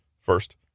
First